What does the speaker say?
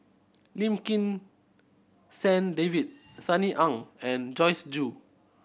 Lim Kim San David Sunny Ang and Joyce Jue